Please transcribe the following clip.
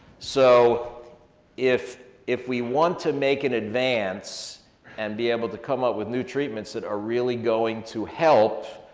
so if if we want to make an advance and be able to come up with new treatments that are really going to help,